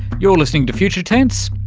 you're listening to future tense,